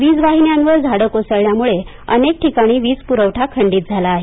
वीज वाहिन्यांवर झाडं कोसळल्यामुळे अनेक ठिकाणी वीजपुरवठा खंडित झाला आहे